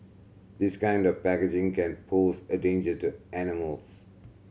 this kind of packaging can pose a danger to animals